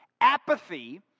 Apathy